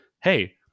Hey